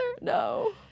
No